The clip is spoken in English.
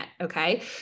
Okay